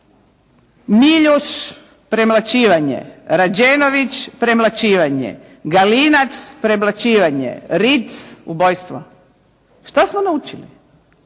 Miljuš-premlaćivanje, Rađenović-premlaćivanje, Galinac-premlaćivanje, Ritz-ubojstvo. Što smo naučili?